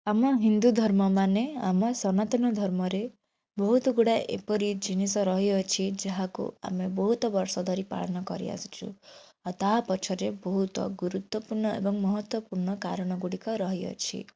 ଆମ ହିନ୍ଦୁ ଧର୍ମ ମାନେ ଆମ ସନାତନ ଧର୍ମରେ ବହୁତ ଗୁଡ଼ାଏ ଏପରି ଜିନିଷ ରହିଅଛି ଯାହାକୁ ଆମେ ବହୁତ ବର୍ଷ ଧରି ପାଳନ କରିଆସୁଛୁ ଆଉ ତା' ପଛରେ ବହୁତ ଗୁରୁତ୍ୱପୂର୍ଣ୍ଣ ଏବଂ ମହତ୍ତ୍ୱପୂର୍ଣ୍ଣ କାରଣ ଗୁଡ଼ିକ ରହିଅଛି